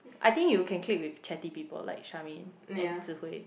I think you can click with chatty people like Charmaine and Zi hui